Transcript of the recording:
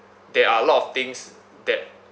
there are a lot of things that